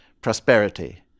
prosperity